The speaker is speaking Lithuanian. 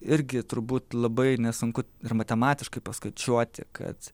irgi turbūt labai nesunku ir matematiškai paskaičiuoti kad